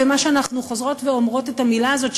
במה שאנחנו חוזרות ואומרות את המילה הזאת,